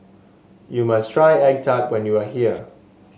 you must try egg tart when you are here